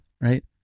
right